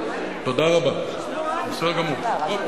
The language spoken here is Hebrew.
בסדר גמור.